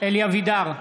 אלי אבידר,